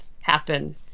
happen